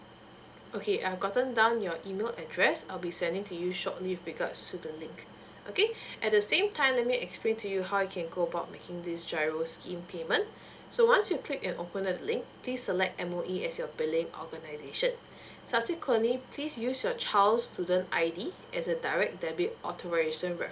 okay I've gotten down your email address I'll be sending to you shortly with regards to the link okay at the same time let me explain to you how I can go about making this G_I_R_O scheme payment so once you click and open the link please select M_O_E as your billing organization subsequently please use your child student I_D as a direct debit authorization